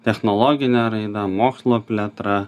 technologine raida mokslo plėtra